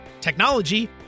technology